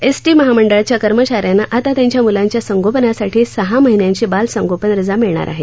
ST महामंडळाच्या कर्मचाऱ्यांना आता त्यांच्या मुलांच्या संगोपनासाठी सहा महिन्यांची बालसंगोपन रजा मिळणार आहे